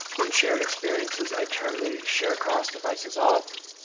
in shared experiences, i turn the share across devices off.